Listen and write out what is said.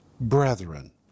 brethren